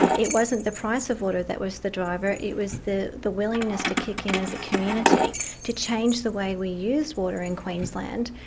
it wasn't the price of water that was the driver, it was the the willingness to kick in as a community to change the way we used water in queensland,